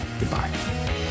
Goodbye